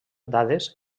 dades